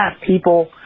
people